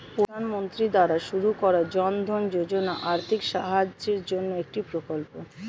প্রধানমন্ত্রী দ্বারা শুরু করা জনধন যোজনা আর্থিক সাহায্যের জন্যে একটি প্রকল্প